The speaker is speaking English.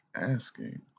asking